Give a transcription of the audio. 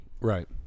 Right